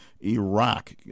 Iraq